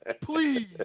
please